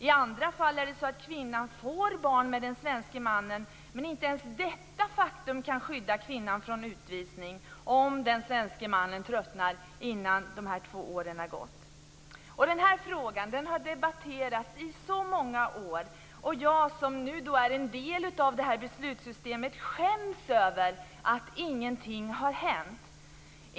I andra fall är det så att kvinnan får barn med den svenske mannen, men inte ens detta faktum kan skydda kvinnan från utvisning om den svenske mannen tröttnar innan de två åren har gått. Den här frågan har debatterats i så många år, och jag, som nu är en del av beslutssystemet, skäms över att ingenting har hänt.